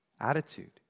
attitude